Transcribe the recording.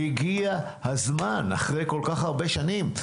הגיע הזמן אחרי כל כך הרבה שנים.